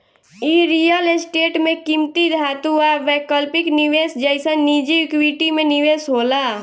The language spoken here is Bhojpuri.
इ रियल स्टेट में किमती धातु आ वैकल्पिक निवेश जइसन निजी इक्विटी में निवेश होला